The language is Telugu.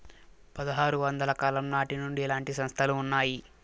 పదహారు వందల కాలం నాటి నుండి ఇలాంటి సంస్థలు ఉన్నాయి